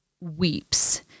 weeps